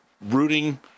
rooting